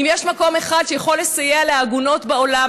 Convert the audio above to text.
יש מקום אחד שיכול לסייע לעגונות בעולם,